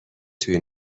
توی